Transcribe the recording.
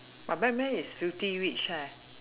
but batman is filthy rich eh